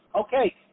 Okay